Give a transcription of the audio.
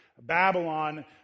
Babylon